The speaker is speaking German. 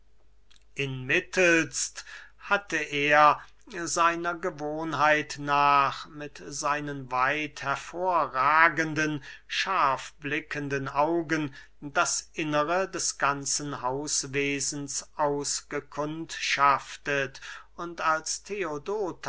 zuschauer inmittelst hatte er seiner gewohnheit nach mit seinen weit hervorragenden scharf blickenden augen das innere des ganzen hauswesens ausgekundschaftet und als